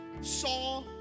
saw